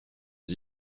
des